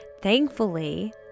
Thankfully